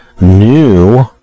new